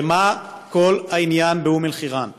הרי מה כל העניין באום-אלחיראן?